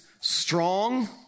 strong